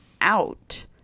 out